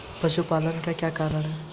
पशुपालन का क्या कारण है?